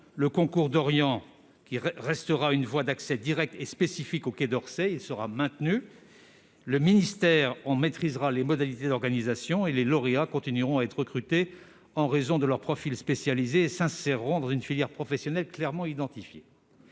le concours d'Orient, qui restera une voie d'accès directe et spécifique au Quai d'Orsay, sera maintenu. Le ministère en maîtrisera les modalités d'organisation et les lauréats continueront à être recrutés en raison de leur profil spécialisé, s'insérant dans une filière professionnelle clairement identifiée.